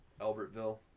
Albertville